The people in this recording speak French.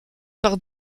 par